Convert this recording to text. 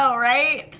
um right?